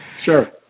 Sure